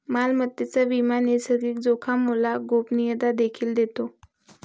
मालमत्तेचा विमा नैसर्गिक जोखामोला गोपनीयता देखील देतो